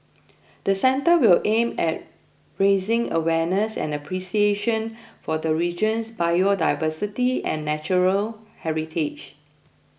the centre will aim at raising awareness and appreciation for the region's biodiversity and natural heritage